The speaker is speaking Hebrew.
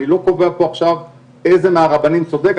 אני לא קובע פה עכשיו איזה מהרבנים צודק,